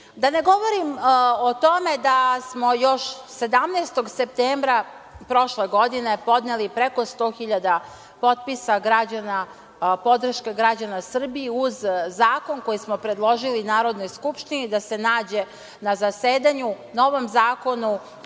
ne govorim o tome da smo još 17. septembra prošle godine podneli preko 100 hiljada potpisa građana, podrška građana Srbiji uz zakon koji smo predložili Narodnoj skupštini da se nađe na zasedanju, na ovom Zakonu